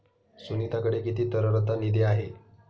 सुनीताकडे किती तरलता निधी आहे?